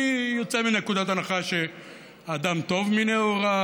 אני יוצא מנקודת הנחה שהאדם טוב מנעוריו.